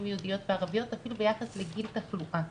יהודיות וערביות אפילו ביחס לגיל תחלואה.